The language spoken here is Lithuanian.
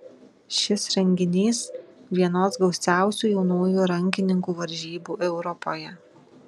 šis renginys vienos gausiausių jaunųjų rankininkų varžybų europoje